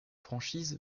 franchise